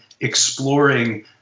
exploring